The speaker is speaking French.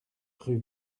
rue